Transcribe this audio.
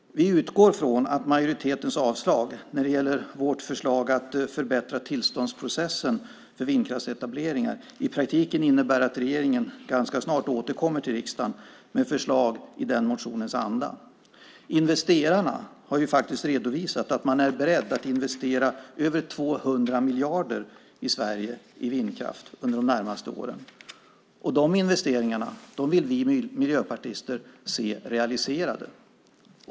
Vi utgår från att majoritetens avslag när det gäller vårt förslag att förbättra tillståndsprocessen för vindkraftsetableringar i praktiken innebär att regeringen ganska snart återkommer till riksdagen med förslag i motionens anda. Investerarna har redovisat att de är beredda att investera över 200 miljarder i vindkraft i Sverige under de närmaste åren. De investeringarna vill vi miljöpartister se realiserade.